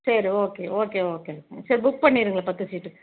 சரி okay okay ஓகேங்க சரி புக் பண்ணிருங்க பத்து சீட்டு